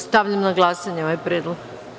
Stavljam na glasanje ovaj predlog.